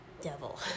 devil